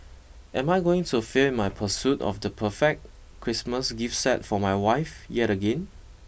am I going to fail my pursuit of the perfect Christmas gift set for my wife yet again